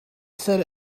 set